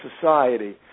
society